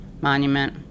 monument